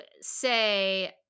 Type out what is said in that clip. say